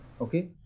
okay